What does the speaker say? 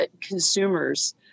consumers